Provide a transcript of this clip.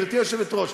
גברתי היושבת-ראש,